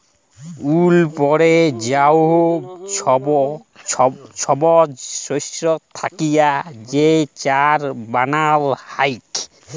উইপড়ে যাউয়া ছবুজ শস্য থ্যাইকে যে ছার বালাল হ্যয়